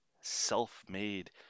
self-made